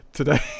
Today